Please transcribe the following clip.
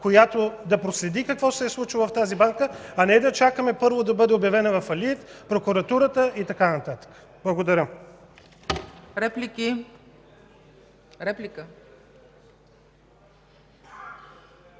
която да проследи какво се е случило в тази банка, а не да чакаме първо да бъде обявена във фалит, прокуратурата и така нататък. Благодаря. ПРЕДСЕДАТЕЛ